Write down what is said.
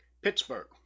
Pittsburgh